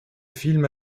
film